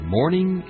Morning